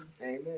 Amen